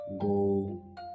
go